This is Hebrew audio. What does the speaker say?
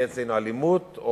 תהיה אצלנו אלימות,